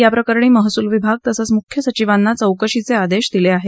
याप्रकरणी महसूल विभाग तसंच मुख्य सचिवांना चौकशीचे आदेश दिले आहेत